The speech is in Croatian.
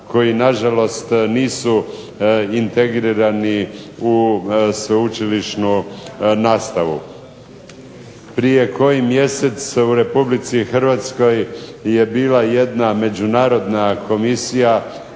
koji nažalost nisu integrirani u sveučilišnu nastavu. Prije koji mjesec u Republici Hrvatskoj je bila jedna međunarodna komisija